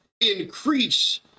increase